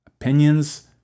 Opinions